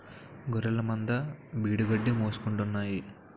గొఱ్ఱెలమంద బీడుగడ్డి మేసుకుంటాన్నాయి